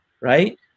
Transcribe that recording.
right